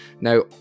now